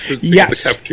Yes